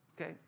okay